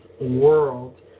world